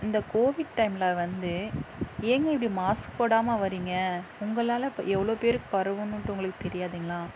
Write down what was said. இந்த கோவிட் டைமில் வந்து ஏங்க இப்படி மாஸ்க் போடாமல் வரீங்க உங்களால் இப்போ எவ்வளோ பேருக்கு பரவுனுட்டு உங்களுக்கு தெரியாதுங்களா